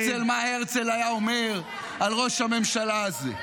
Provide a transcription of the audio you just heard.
הרצל, מה הרצל היה אומר על ראש הממשלה הזה?